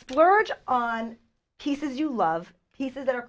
splurge on pieces you love pieces that are